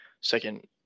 second